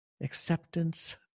acceptance